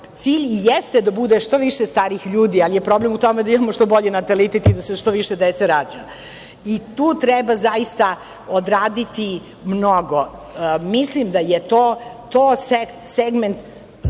Cilj i jeste da bude što više starijih ljudi, ali je problem u tome da imamo što bolji natalitet i da se što više dece rađa. I tu treba zaista odraditi mnogo. Mislim da je to segment